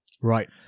Right